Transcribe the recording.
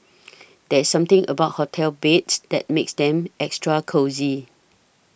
there's something about hotel beds that makes them extra cosy